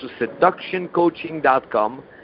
seductioncoaching.com